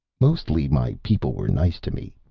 mostly my people were nice to me.